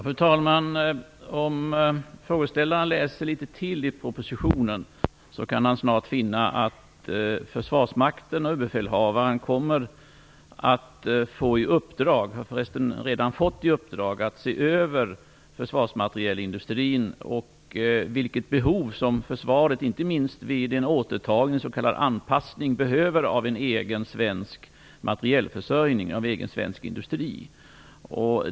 Fru talman! Om frågeställaren läser en bit till i propositionen finner han att försvarsmakten och överbefälhavaren kommer att få i uppdrag - de har förresten redan fått i uppdrag - att se över försvarsmaterielindustrin och vilket behov försvaret, inte minst vid en återtagning, en s.k. anpassning, har av en materielförsörjning av en egen svensk industri.